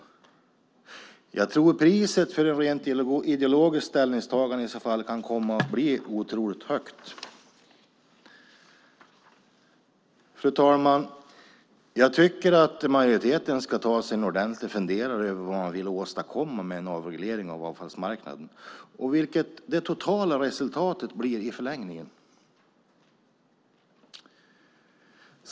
Jag tror att priset för ett rent ideologiskt ställningstagande i så fall kan komma att bli otroligt högt. Fru talman! Jag tycker att majoriteten ska ta sig en ordentlig funderare på vad man vill åstadkomma med en avreglering av avfallsmarknaden och vilket det totala resultatet blir i förlängningen.